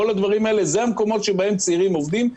אלו המקומות שבהם צעירים עובדים.